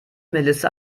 melissa